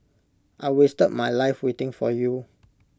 I wasted my life waiting for you